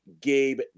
Gabe